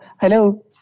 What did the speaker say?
Hello